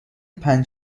پنج